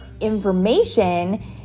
information